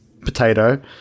Potato